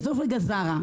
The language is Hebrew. עזוב רגע זארה.